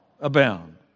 abound